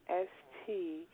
S-T